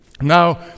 Now